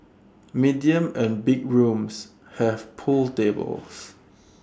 medium and big rooms have pool tables